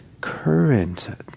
current